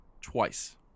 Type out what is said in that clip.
twice